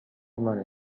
منه